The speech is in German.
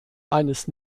eines